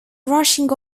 rushing